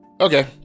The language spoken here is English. Okay